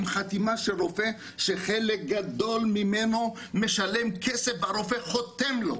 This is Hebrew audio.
עם חתימה של רופא שחלק גדול ממנו משלם כסף והרופא חותם לו.